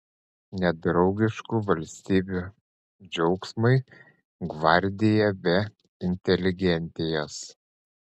nedraugiškų valstybių džiaugsmui gvardija be inteligentijos